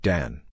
Dan